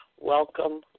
welcome